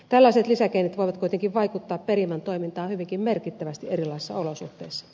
tällaiset lisägeenit voivat kuitenkin vaikuttaa perimän toimintaan hyvinkin merkittävästi erilaisissa olosuhteissa